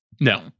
No